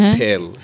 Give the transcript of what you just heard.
tell